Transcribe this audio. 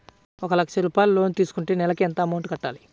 ఒక లక్ష రూపాయిలు లోన్ తీసుకుంటే నెలకి ఎంత అమౌంట్ కట్టాలి?